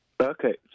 Okay